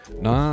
No